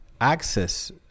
access